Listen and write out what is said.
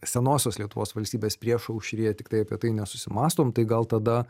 senosios lietuvos valstybės priešaušryje tiktai apie tai nesusimąstom tai gal tada